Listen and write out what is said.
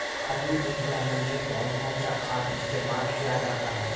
आलू उप जाने में कौन कौन सा खाद इस्तेमाल क्या जाता है?